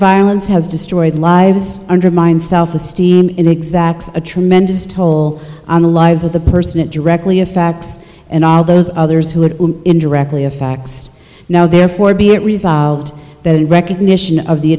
violence has destroyed lives undermined self esteem in exactly a tremendous toll on the lives of the person it directly effects and all those others who are indirectly a fax now therefore be it resolved that in recognition of the